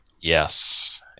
Yes